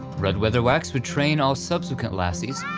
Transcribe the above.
rudd weatherwax would train all subsequent lassies,